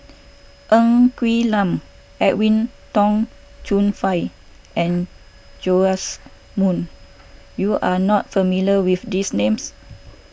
Ng Quee Lam Edwin Tong Chun Fai and Joash Moo you are not familiar with these names